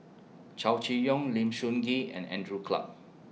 Chow Chee Yong Lim Sun Gee and Andrew Clarke